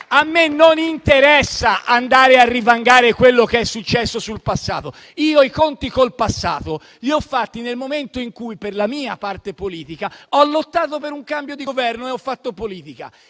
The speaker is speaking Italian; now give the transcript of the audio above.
a me non interessa andare a rivangare quello che è successo sul passato. Io i conti col passato li ho fatti nel momento in cui, per la mia parte politica, ho lottato per un cambio di Governo e ho fatto politica.